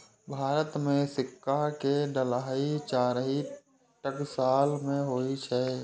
भारत मे सिक्का के ढलाइ चारि टकसाल मे होइ छै